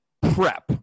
prep